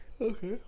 Okay